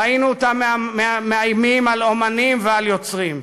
ראינו אותם מאיימים על אמנים ועל יוצרים.